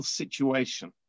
situation